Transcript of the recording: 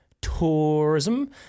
tourism